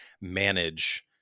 manage